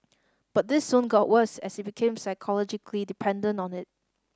but this soon got worse as he became psychologically dependent on it